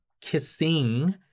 kissing